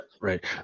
right